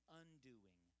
undoing